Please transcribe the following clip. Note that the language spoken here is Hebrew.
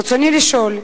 רצוני לשאול: